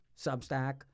Substack